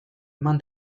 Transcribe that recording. eman